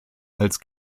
als